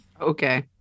Okay